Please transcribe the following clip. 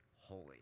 holy